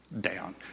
down